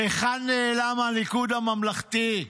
להיכן נעלם הליכוד הממלכתי?